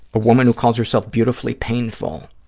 a woman who calls herself beautifully painful,